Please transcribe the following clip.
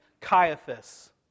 Caiaphas